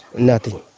nothing.